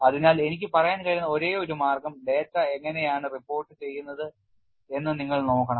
അതിനാൽ എനിക്ക് പറയാൻ കഴിയുന്ന ഒരേയൊരു മാർഗ്ഗം ഡാറ്റ എങ്ങനെയാണ് റിപ്പോർട്ടുചെയ്യുന്നത് എന്ന് നിങ്ങൾ നോക്കണം